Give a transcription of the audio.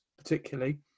particularly